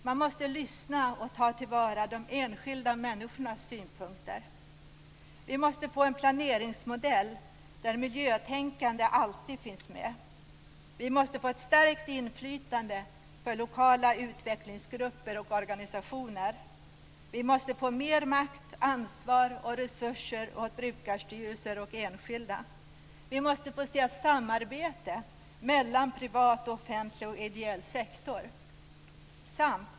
Man måste lyssna, och ta till vara de enskilda människornas synpunkter. Vi måste få en planeringsmodell där miljötänkande alltid finns med. Vi måste få ett stärkt inflytande för lokala utvecklingsgrupper och organisationer. Vi måste få mer makt, ansvar och resurser åt brukarstyrelser och enskilda. Vi måste få se ett samarbete mellan privat, offentlig och ideell sektor.